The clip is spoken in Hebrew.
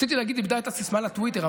רציתי להגיד: איבדה את הסיסמה לטוויטר,